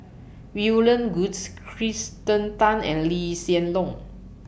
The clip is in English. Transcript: William Goodes Kirsten Tan and Lee Hsien Loong